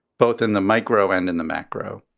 both in the micro and in the macro.